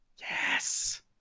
Yes